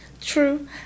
true